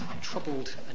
troubled